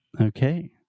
Okay